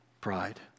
Pride